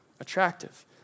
attractive